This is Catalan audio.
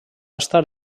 estar